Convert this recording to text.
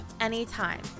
anytime